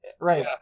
Right